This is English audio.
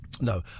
No